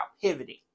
pivoting